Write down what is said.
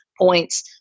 points